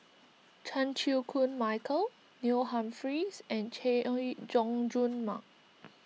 Chan Chew Koon Michael Neil Humphreys and Chay Jung Jun Mark